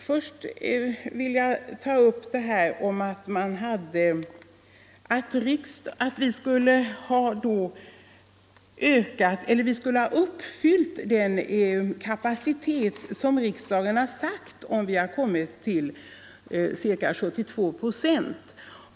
Fru talman! Statsrådet anser att vi skulle ha nått den utbildningskapacitet som riksdagen har förordat, om vi har kommit till ca 72 procent.